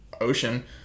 ocean